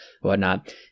whatnot